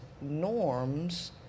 norms